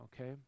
okay